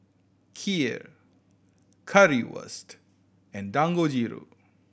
Kheer Currywurst and Dangojiru